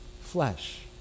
flesh